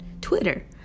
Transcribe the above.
Twitter